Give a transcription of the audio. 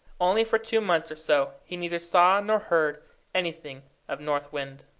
only for two months or so, he neither saw nor heard anything of north wind.